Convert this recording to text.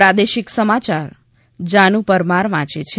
પ્રાદેશિક સમાચાર જીનુ પરમાર વાંચે છે